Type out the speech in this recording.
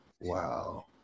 Wow